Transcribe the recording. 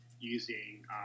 using